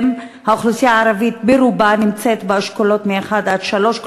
האוכלוסייה הערבית ברובה נמצאת באשכולות מ-1 עד 3,